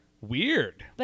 weird